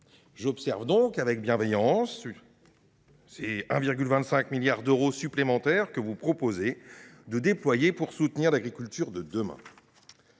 J’observe donc avec une bienveillance certaine ces 1,25 milliard d’euros supplémentaires que vous proposez de déployer pour soutenir l’agriculture de demain